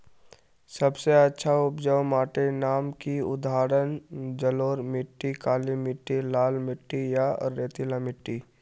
सबसे अच्छा उपजाऊ माटिर नाम की उदाहरण जलोढ़ मिट्टी, काली मिटटी, लाल मिटटी या रेतीला मिट्टी?